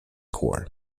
corps